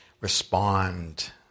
respond